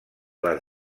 les